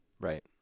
Right